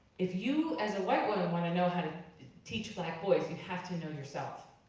if you, as a white woman wanna know how to teach black boys, you have to know yourself.